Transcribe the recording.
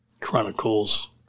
Chronicles